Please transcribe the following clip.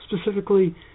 specifically